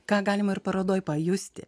ką galima ir parodoje pajusti